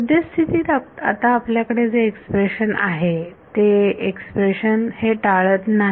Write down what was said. सद्यस्थितीत आता आपल्याकडे जे एक्सप्रेशन आहे ते एक्सप्रेशन हे टाळत नाही